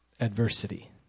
adversity